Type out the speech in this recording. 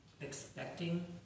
expecting